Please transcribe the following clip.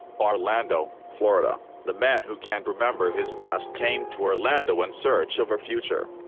orlando, fla and the man who can't remember his past came to orlando in search of a future.